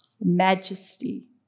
majesty